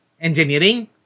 engineering